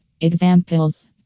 Examples